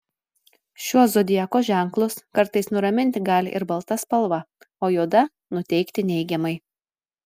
šiuos zodiako ženklus kartais nuraminti gali ir balta spalva o juoda nuteikti neigiamai